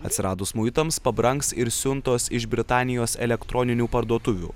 atsiradus muitams pabrangs ir siuntos iš britanijos elektroninių parduotuvių